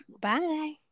Bye